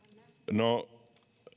no